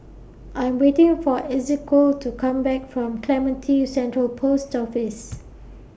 I Am waiting For Ezequiel to Come Back from Clementi Central Post Office